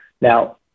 Now